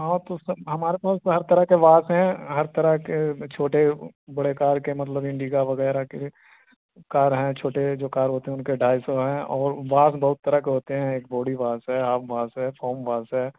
ہاں تو سب ہمارے پاس ہر طرح کے واس ہیں ہر طرح کے چھوٹے بڑے کار کے مطلب انڈگا وغیرہ کے کار ہیں چھوٹے جو کار ہوتے ہیں ان کے ڈھائی سو ہیں اور واس بہت طرح کے ہوتے ہیں ایک بوڈی واس ہے آاف بس ہے فوم واس ہے